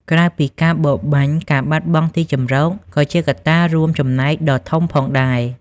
ក្រៅពីការបរបាញ់ការបាត់បង់ទីជម្រកក៏ជាកត្តារួមចំណែកដ៏ធំផងដែរ។